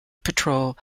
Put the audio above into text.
patrol